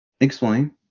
Explain